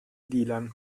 dylan